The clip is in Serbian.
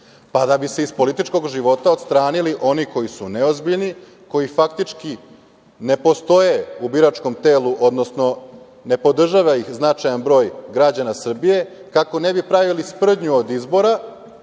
Pa da bi se iz političkog života odstranili oni koji su neozbiljni, koji faktički ne postoje u biračkom telu, odnosno ne podržava ih značajan broj građana Srbije, kako ne bi pravili sprdnju od izbora